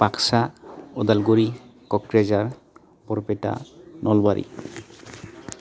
Baksa Udalguri Kokrajhar Barpeta Nalbari